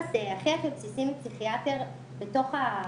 יחס הכי הכי בסיסי מפסיכיאטר במיון,